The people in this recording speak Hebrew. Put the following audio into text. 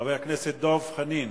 חבר הכנסת דב חנין,